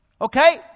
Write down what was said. okay